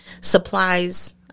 supplies